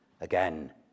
again